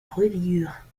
reliure